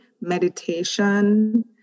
meditation